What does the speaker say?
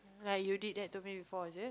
like you did that to me before is it